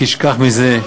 תשכח מזה.